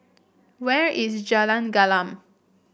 where is Jalan Gelam